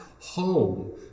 home